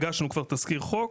הגשנו כבר תזכיר חוק,